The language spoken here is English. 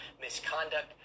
misconduct